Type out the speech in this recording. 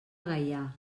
gaià